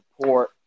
support